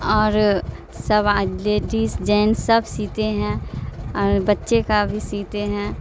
اور سب ladies jeans سب سیتے ہیں اور بچے کا بھی سیتے ہیں